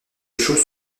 choses